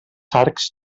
arcs